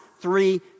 three